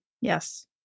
Yes